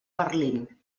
berlín